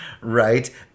right